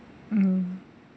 mm